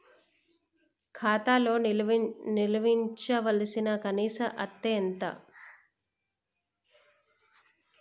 ఖాతా లో నిల్వుంచవలసిన కనీస అత్తే ఎంత?